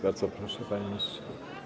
Bardzo proszę, panie ministrze.